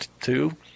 two